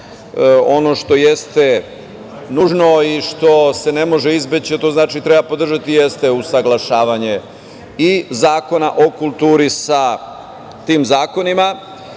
ono što jeste nužno i što se ne može izbeći, a to znači da treba podržati, jeste usaglašavanje i Zakona o kulturi sa tim zakonima,